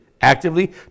actively